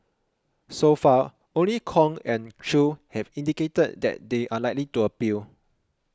so far only Kong and Chew have indicated that they are likely to appeal